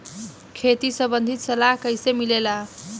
खेती संबंधित सलाह कैसे मिलेला?